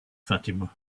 fatima